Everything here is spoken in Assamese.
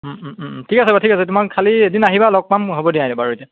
ঠিক আছে বাৰু ঠিক আছে তোমাক খালি এদিন আহিবা লগ পাম হ'ব দিয়া এই বাৰু এতিয়া